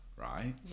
right